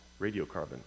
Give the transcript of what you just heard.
radiocarbon